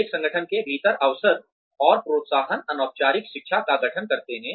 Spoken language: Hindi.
एक संगठन के भीतर अवसर और प्रोत्साहन अनौपचारिक शिक्षा का गठन करते हैं